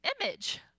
image